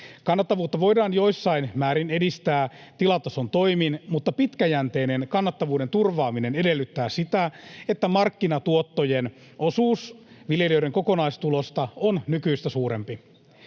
Kannattavuutta voidaan joissain määrin edistää tilatason toimin, mutta pitkäjänteinen kannattavuuden turvaaminen edellyttää sitä, että markkinatuottojen osuus viljelijöiden kokonaistuloista on nykyistä suurempi.